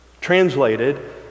translated